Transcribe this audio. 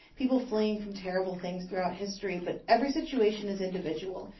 people fleeing from terrible things throughout history. but every situation is individual.